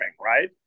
right